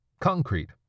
Concrete